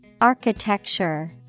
Architecture